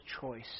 choice